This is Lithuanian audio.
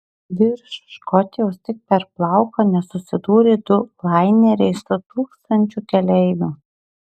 virš škotijos tik per plauką nesusidūrė du laineriai su tūkstančiu keleivių